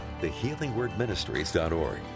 thehealingwordministries.org